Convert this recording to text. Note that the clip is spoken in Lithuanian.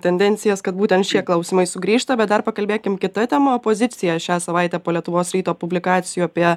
tendencijas kad būtent šie klausimai sugrįžta bet dar pakalbėkim kita tema opozicija šią savaitę po lietuvos ryto publikacijų apie